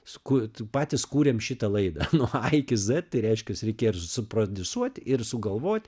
sukū tai patys kūrėm šitą laidą nuo a iki zet tai reiškias reikėjo ir suprediusuot ir sugalvot